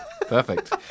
Perfect